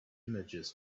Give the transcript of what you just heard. images